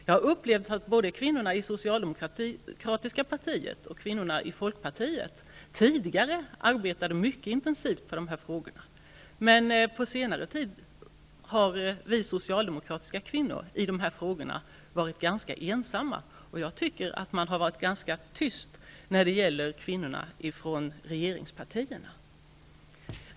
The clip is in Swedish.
Jag har upplevt att både kvinnorna i det Folkpartiet tidigare arbetade mycket intensivt med de här frågorna, men på senare tid har vi socialdemokratiska kvinnor i dessa frågor varit ganska ensamma. Kvinnorna i regeringspartierna har varit ganska tysta, tycker jag.